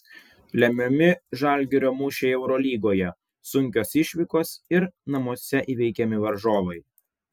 lemiami žalgirio mūšiai eurolygoje sunkios išvykos ir namuose įveikiami varžovai